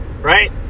right